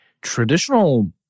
Traditional